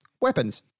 weapons